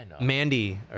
Mandy